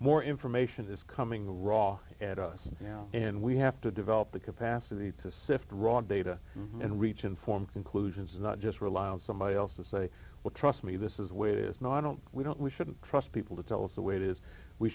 more information is coming the raw at us now and we have to develop the capacity to sift raw data and reach informed conclusions and not just rely on somebody else to say well trust me this is where it is not don't we don't we shouldn't trust people to tell us the way it is we